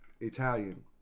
Italian